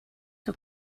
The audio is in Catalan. que